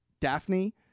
daphne